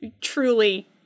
truly